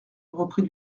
reprit